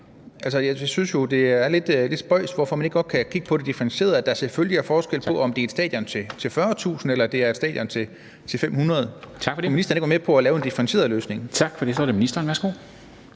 række. Jeg synes jo, det er lidt spøjst, hvorfor man ikke godt kan kigge på det differentieret – at der selvfølgelig er forskel på, om det er et stadion til 40.000 eller det er et stadion til 500. Kunne ministeren ikke